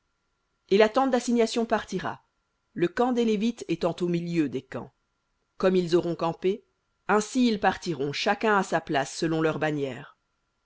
et la tente d'assignation partira le camp des lévites étant au milieu des camps comme ils auront campé ainsi ils partiront chacun à sa place selon leurs bannières